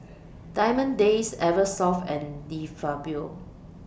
Diamond Days Eversoft and De Fabio